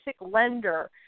lender